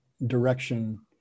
direction